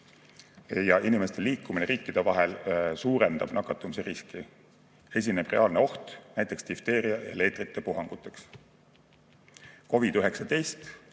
ja inimeste liikumine riikide vahel suurendab nakatumise riski. Esineb reaalne oht näiteks difteeria- ja leetrite puhanguteks. COVID-19-vastased